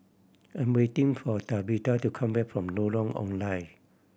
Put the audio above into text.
I'm waiting for Tabitha to come back from Lorong Ong Lye